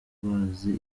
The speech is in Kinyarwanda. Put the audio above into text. bazi